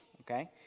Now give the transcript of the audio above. okay